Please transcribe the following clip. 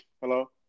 hello